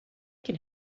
can